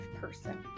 person